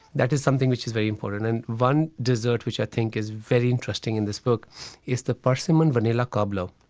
that is something which is very important and one dessert which i think is very interesting in this book is the persimmon vanilla cobbler.